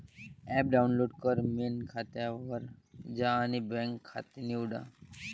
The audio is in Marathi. ॲप डाउनलोड कर, मेन खात्यावर जा आणि बँक खाते निवडा